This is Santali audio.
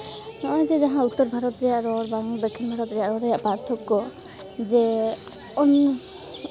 ᱱᱚᱜᱼᱚᱸᱭ ᱡᱮ ᱡᱟᱦᱟᱸ ᱩᱛᱛᱚᱨ ᱵᱷᱟᱨᱚᱛ ᱨᱮᱭᱟᱜ ᱨᱚᱲ ᱵᱟ ᱫᱚᱠᱠᱷᱤᱱ ᱵᱷᱟᱨᱚᱛ ᱨᱮᱭᱟᱜ ᱨᱚᱲ ᱨᱮᱭᱟᱜ ᱯᱟᱨᱛᱷᱚᱠᱠᱚ ᱡᱮ ᱩᱱ